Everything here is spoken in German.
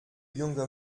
junge